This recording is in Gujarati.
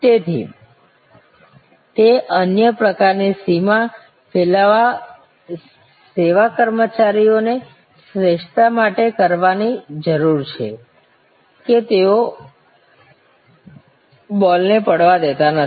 તેથી તે અન્ય પ્રકારની સીમા ફેલાવવા સેવા કર્મચારીઓને શ્રેષ્ઠતા માટે કરવાની જરૂર છે કે તેઓ બોલને પડવા દેતા નથી